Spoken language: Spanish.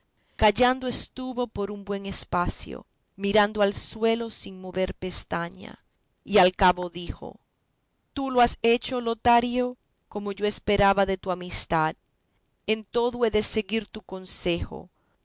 callando estuvo por un buen espacio mirando al suelo sin mover pestaña y al cabo dijo tú lo has hecho lotario como yo esperaba de tu amistad en todo he de seguir tu consejo